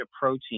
protein